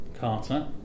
Carter